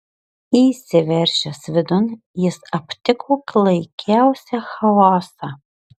įsiveržęs vidun jis aptiko klaikiausią chaosą